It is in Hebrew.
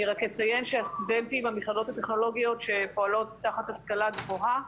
אני רק אציין שהסטודנטים במכללות הטכנולוגיות שפועלות תחת השכלה גבוהה,